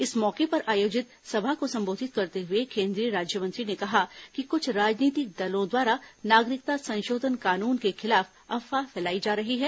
इस मौके पर आयोजित सभा को संबोधित करते हए केन्द्रीय राज्यमंत्री ने कहा कि कुछ राजनीतिक दलों द्वारा नागरिकता संशोधन कानून के खिलाफ अफवाह फैलाई जा रही है